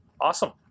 awesome